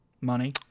money